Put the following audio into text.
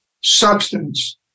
substance